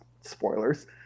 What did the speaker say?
spoilers